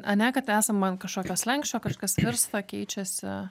ane kad esam an kažkokio slenksčio kažkas virsta keičiasi